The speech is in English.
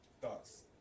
Thoughts